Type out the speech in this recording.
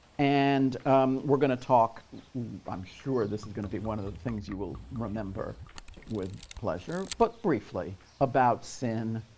and we're going to talk i'm sure this is going to be one of the things you will remember with pleasure but briefly about sin,